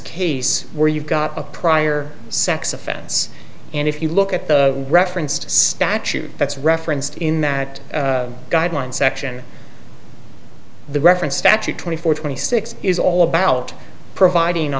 case where you've got a prior sex offense and if you look at the referenced statute that's referenced in that guideline section the reference statute twenty four twenty six is all about providing a